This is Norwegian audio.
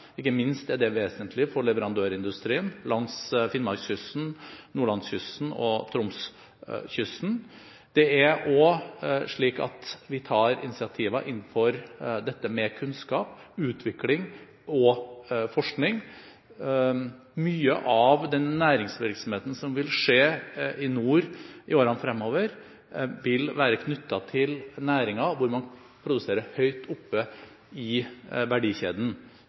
Ikke minst er det vesentlig for leverandørindustrien langs Finnmarkskysten, Nordlandskysten og Tromskysten. Det er også slik at vi tar initiativer innenfor dette med kunnskap, utvikling og forskning. Mye av den næringsvirksomheten som vil skje i nord i årene fremover, vil være knyttet til næringer hvor man produserer høyt oppe i verdikjeden,